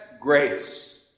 grace